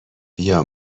بیا